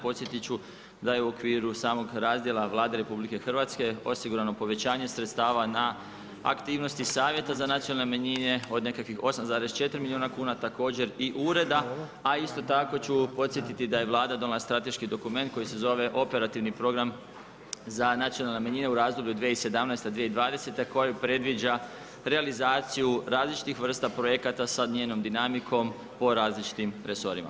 Podsjetit ću daje u okviru samog razdjela Vlada RH osigurano povećanje sredstava na aktivnosti savjeta za nacionalne manjine od nekakvih 8,4 milijuna kuna, također i ureda a isto tako ću podsjetiti da je Vlada donijela strateški dokument koji se zove Operativni program za nacionalne manjine u razdoblju 2017.-2020. koji predviđa realizaciju različitih vrsta projekata sa njenom dinamikom po različitim resorima.